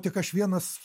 tik aš vienas